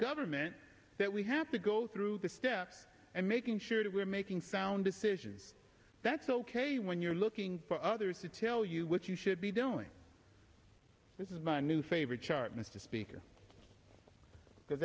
government that we have to go through the steps and making sure that we're making sound decisions that's ok when you're looking for others to tell you what you should be doing this is my new favorite chart mr speaker because